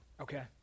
Okay